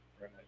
Right